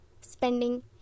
spending